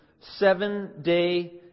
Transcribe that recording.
seven-day